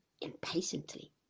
impatiently